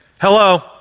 hello